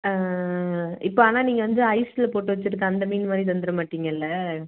இப்போ ஆனால் நீங்கள் வந்து ஐஸில் போட்டு வெச்சிருக்க அந்த மீன் மாதிரி தந்துரமாட்டீங்கள